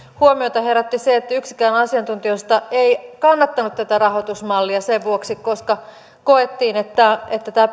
huomiota herätti se että yksikään asiantuntijoista ei kannattanut tätä rahoitusmallia sen vuoksi koska koettiin että että tämä